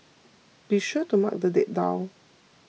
be sure to mark the date down